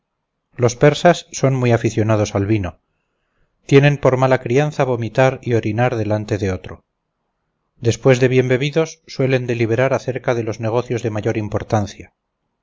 los persas son muy aficionados al vino tienen por mala crianza vomitar y orinar delante de otro después de bien bebidos suelen deliberar acerca de los negocios de mayor importancia